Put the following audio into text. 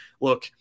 look